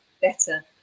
better